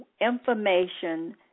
information